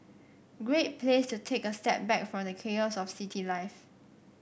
great place to take a step back from the chaos of city life